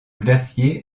glacier